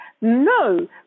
no